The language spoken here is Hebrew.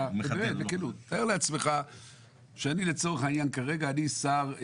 תאר לעצמך שאני לצורך העניין כרגע אני שר,